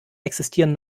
existieren